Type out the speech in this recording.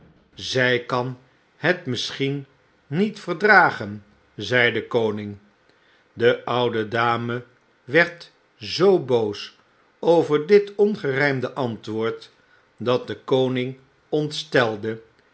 zy kan het misschien niet verdragen zei de koning de oude dame werd zoo boos over dit ongerymde antwoord dat de koning ontstelde